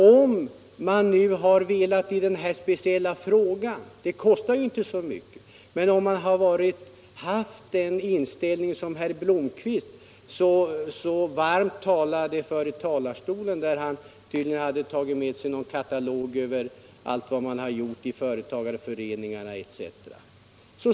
Om man nu i den här speciella frågan haft den inställning som herr Blomkvist så varmt talade för i talarstolen — han hade tydligen tagit med sig någon katalog över allt vad man gjort i företagarföreningarna etc.